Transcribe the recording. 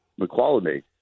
McQuality